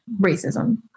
racism